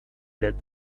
led